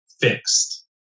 fixed